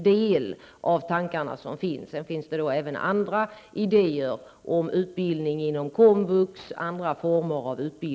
Man har även andra idéer, t.ex.